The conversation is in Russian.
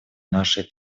нашей